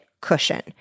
cushion